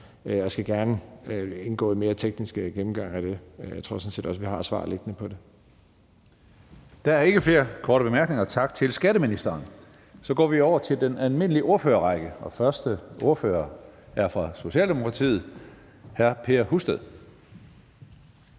jeg skal gerne indgå i en mere teknisk gennemgang af det. Jeg tror sådan set også, vi har svaret på det. Kl. 14:06 Tredje næstformand (Karsten Hønge): Der er ikke flere korte bemærkninger. Tak til skatteministeren. Så går vi over til den almindelige ordførerrække, og første ordfører er fra Socialdemokratiet. Hr. Per Husted.